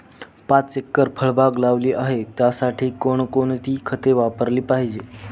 पाच एकर फळबाग लावली आहे, त्यासाठी कोणकोणती खते वापरली पाहिजे?